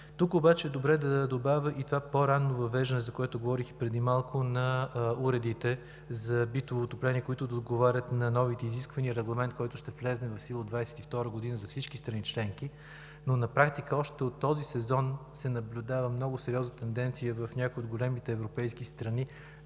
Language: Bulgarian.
Тук обаче е добре да добавя и това по-ранно въвеждане, за което говорих преди малко, на уредите за битово отопление, които да отговарят на новите изисквания – регламент, който ще влезе в сила от 2022 г. за всички страни членки. На практика още от този сезон се наблюдава много сериозна тенденция в някои от големите европейски страни,